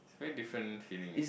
very different feeling